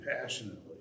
passionately